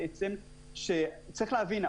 וצריך להבין,